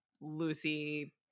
Lucy